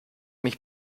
mich